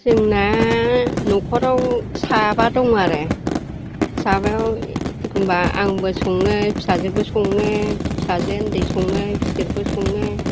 जोंना न'खराव साबा दं आरो साबायाव एखमब्ला आंबो सङो फिसाजोबो सङो फिसाजो उन्दै सङो गिदोरबो सङो